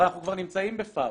אבל אנחנו כבר נמצאים בפאול.